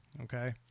okay